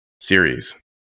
series